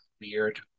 weird